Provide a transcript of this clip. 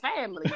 family